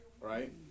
Right